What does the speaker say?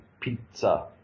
pizza